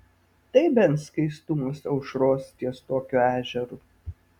tai bent skaistumas aušros ties tokiu ežeru